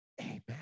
Amen